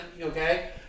okay